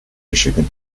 michigan